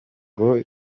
ngo